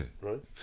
right